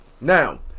Now